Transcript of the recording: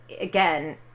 again